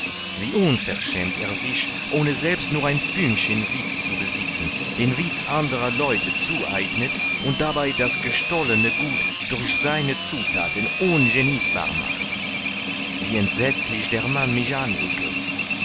wie unverschämt er sich ohne selbst nur ein fünkchen witz zu besitzen den witz anderer leute zueignet und dabei das gestohlene gut durch seine zuthaten ungenießbar macht wie entsetzlich der mann mich